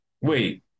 Wait